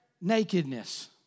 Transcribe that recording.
nakedness